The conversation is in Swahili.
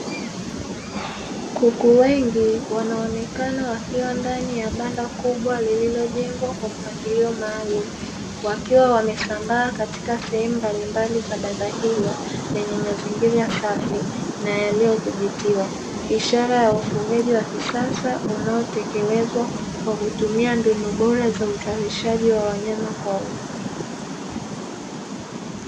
Kuku wengi wanaonekana wakiwa ndani ya banda kubwa lililojengwa kwa mpangilio maalumu, wakiwa wamesambaa katika sehemu mbalimbali za banda hilo, lenye mazingira safi, na yaliyodhibitiwa. Ishara ya ufugaji wa kisasa unaotekelezwa kwa kutumia mbinu bora za uzalishaji wa wanyama kwa wingi.